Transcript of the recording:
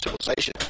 civilization